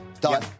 Done